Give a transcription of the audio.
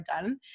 done